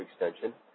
extension